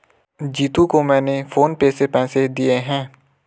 जीतू को मैंने PhonePe से पैसे दे दिए हैं